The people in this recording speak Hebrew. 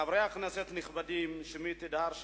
חברי הכנסת הנכבדים, שמי תדהר שמיר,